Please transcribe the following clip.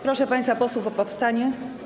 Proszę państwa posłów o powstanie.